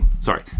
sorry